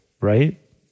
right